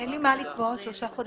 אין לי מה לקבוע עוד שלושה חודשים.